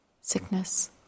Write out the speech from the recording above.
sickness